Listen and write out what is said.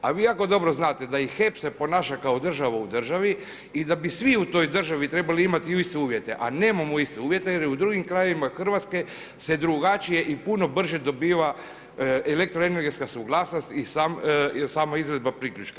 A vi jako dobro znate da i HEP se ponaša kao država u državi i da bi svi u toj državi trebali imati iste uvjete, a nemamo iste uvjete jer u drugim krajevima RH se drugačije i puno brže dobiva elektroenergetska suglasnost i sama izvedba priključka.